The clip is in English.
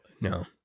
no